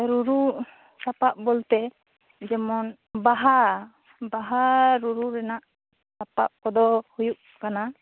ᱨᱩᱨᱩ ᱥᱟᱯᱟᱵᱽ ᱵᱚᱞᱛᱮ ᱡᱮᱢᱚᱱ ᱵᱟᱦᱟ ᱵᱟᱦᱟ ᱨᱩᱨᱩ ᱨᱮᱱᱟᱜ ᱥᱟᱯᱟᱵᱽ ᱠᱚᱫᱚ ᱦᱩᱭᱩᱜ ᱠᱟᱱᱟ